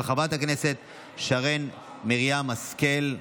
של חברת הכנסת שרן מרים השכל.